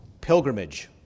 pilgrimage